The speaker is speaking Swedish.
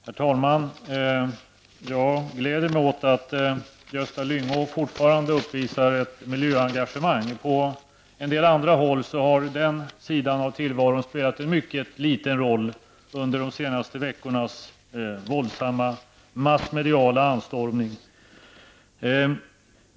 Herr talman! Jag gläder mig åt att Gösta Lyngå fortfarande uppvisar ett miljöengagemang. På en del andra håll har den sidan av tillvaron spelat mycket liten roll under de senaste veckornas våldsamma massmediala anstormning.